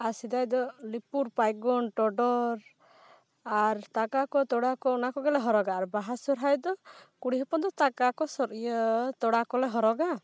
ᱟᱨ ᱥᱮᱫᱟᱭ ᱫᱚ ᱞᱤᱯᱩᱨ ᱯᱟᱭᱜᱚᱱ ᱴᱚᱰᱚᱨ ᱟᱨ ᱛᱟᱠᱟ ᱠᱚ ᱛᱚᱲᱟ ᱠᱚ ᱚᱱᱟ ᱠᱚᱜᱮᱞᱮ ᱦᱚᱨᱚᱜᱟ ᱟᱨ ᱵᱟᱦᱟ ᱥᱚᱨᱦᱟᱭ ᱫᱚ ᱠᱩᱲᱤ ᱦᱚᱯᱚᱱ ᱫᱚ ᱛᱟᱠᱟ ᱠᱚ ᱤᱭᱟᱹ ᱛᱚᱲᱟ ᱠᱚᱞᱮ ᱦᱚᱨᱚᱜᱟ